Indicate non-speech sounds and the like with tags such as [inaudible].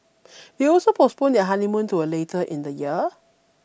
[noise] they also postponed their honeymoon to a later in the year